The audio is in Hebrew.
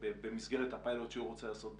במסגרת הפיילוט שהוא רוצה לעשות בגבעתיים.